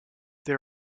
they